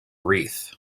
wreath